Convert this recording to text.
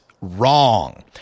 wrong